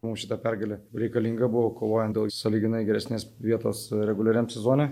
mums šita pergalė reikalinga buvo kovojant dėl sąlyginai geresnės vietos reguliariam sezone